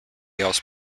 else